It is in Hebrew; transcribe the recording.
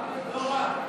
לא רק.